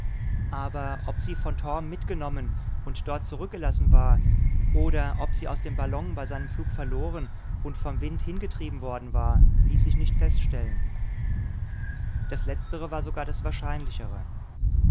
aber ob sie von torm mitgenommen und dort zurückgelassen war oder ob sie aus dem ballon bei seinem flug verloren und vom wind hingetrieben worden war ließ sich nicht feststellen das letztere war sogar das wahrscheinlichere